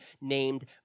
named